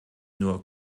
nur